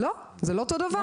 לא, לא זה לא אותו דבר.